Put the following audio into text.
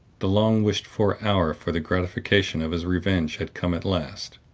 the long-wished-for hour for the gratification of his revenge had come at last,